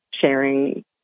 sharing